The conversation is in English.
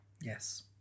Yes